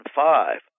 five